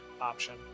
option